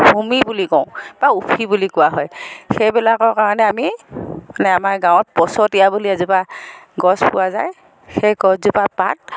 হুমি বুলি কওঁ বা উফি বুলি কোৱা হয় সেইবিলাকৰ কাৰণে আমি আমাৰ গাঁৱত পঁচতীয়া বুলি এজোপা গছ পোৱা যায় সেই গছজোপাৰ পাত